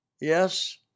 yes